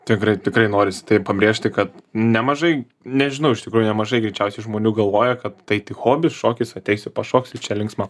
tikrai tikrai norisi pabrėžti kad nemažai nežinau iš tikrųjų nemažai greičiausiai žmonių galvoja kad tai tik hobis šokis ateisiu pašoksiu čia linksma